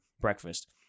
breakfast